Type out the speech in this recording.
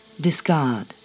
Discard